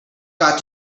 got